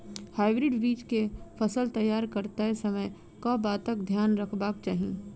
Hybrid बीज केँ फसल तैयार करैत समय कऽ बातक ध्यान रखबाक चाहि?